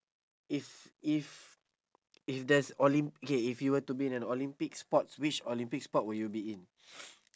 if if if there's olymp~ K if you were to be in an olympic sports which olympic sport will you be in